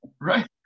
Right